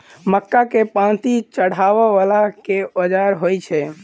मक्का केँ पांति चढ़ाबा वला केँ औजार होइ छैय?